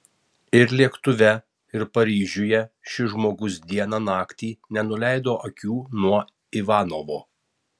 ir lėktuve ir paryžiuje šis žmogus dieną naktį nenuleido akių nuo ivanovo